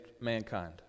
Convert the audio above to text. mankind